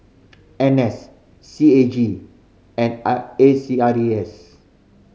N S C A G and A C R E S